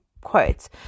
quotes